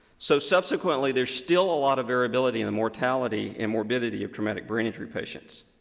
so so consequently, there's still a lot of variability in a mortality and morbidity of traumatic brain injury patients.